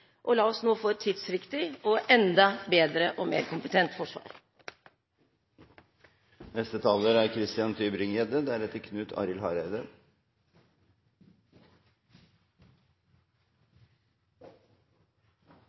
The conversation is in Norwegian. og la oss nå få et tidsriktig og enda bedre og mer kompetent forsvar! Grunnloven § 109 slår fast følgende: «Enhver Statens Borger er